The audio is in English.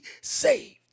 saved